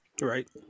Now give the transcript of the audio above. Right